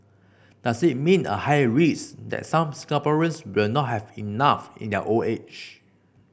does it mean a higher risk that some Singaporeans will not have enough in their old age